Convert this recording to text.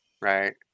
right